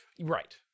right